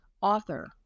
author